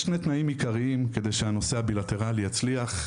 יש שני תנאים עיקריים כדי שהנושא הבילטרלי יצליח,